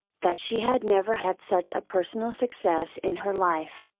that she had never had such a personal success in her life,